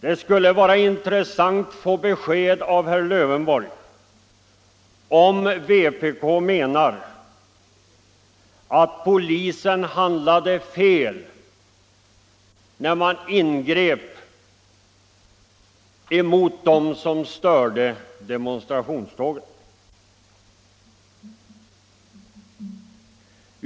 Det skulle vara intressant att få besked av herr Lövenborg om vpk menar, att polisen handlade fel när den ingrep mot dem som störde demonstrationståget.